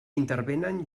intervenen